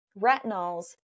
retinols